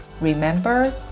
Remember